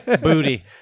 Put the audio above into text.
booty